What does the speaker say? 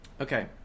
Okay